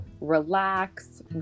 relax